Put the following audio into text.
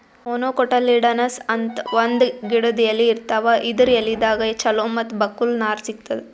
monocotyledonous ಅಂತ್ ಒಂದ್ ಗಿಡದ್ ಎಲಿ ಇರ್ತಾವ ಇದರ್ ಎಲಿದಾಗ್ ಚಲೋ ಮತ್ತ್ ಬಕ್ಕುಲ್ ನಾರ್ ಸಿಗ್ತದ್